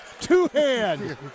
two-hand